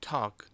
Talk